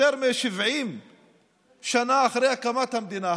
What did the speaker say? יותר מ-70 שנה אחרי הקמת המדינה,